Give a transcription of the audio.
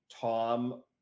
tom